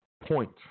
point